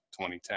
2010